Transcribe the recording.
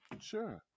Sure